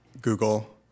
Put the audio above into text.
Google